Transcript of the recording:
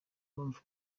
mpamvu